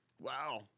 Wow